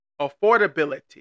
affordability